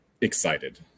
excited